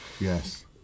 Yes